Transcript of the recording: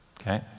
okay